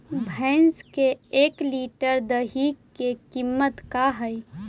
भैंस के एक लीटर दही के कीमत का है?